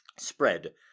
spread